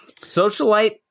Socialite